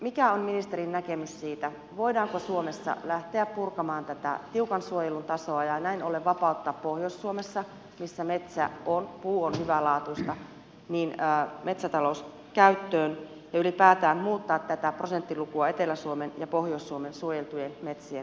mikä on ministerin näkemys siitä voidaanko suomessa lähteä purkamaan tätä tiukan suojelun tasoa ja näin ollen vapauttaa pohjois suomessa missä metsä puu on hyvälaatuista metsää metsäta louskäyttöön ja ylipäätään muuttaa tätä prosenttilukua etelä suomen ja pohjois suomen suojeltujen metsien osalta